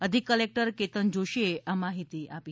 અધિક કલેકટર કેતન જોશીએ આ માહિતી આપી